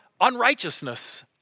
unrighteousness